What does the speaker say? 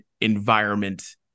environment